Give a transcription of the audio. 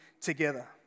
together